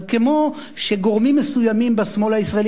אז כמו שגורמים מסוימים בשמאל הישראלי,